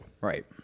Right